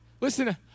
Listen